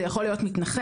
זה יכול להיות מתנחל.